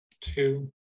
two